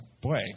boy